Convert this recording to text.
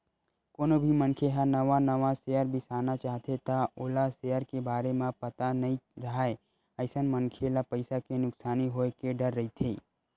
कोनो भी मनखे ह नवा नवा सेयर बिसाना चाहथे त ओला सेयर के बारे म पता नइ राहय अइसन मनखे ल पइसा के नुकसानी होय के डर रहिथे